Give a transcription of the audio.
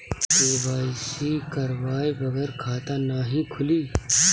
KYC करवाये बगैर खाता नाही खुली?